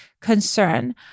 concern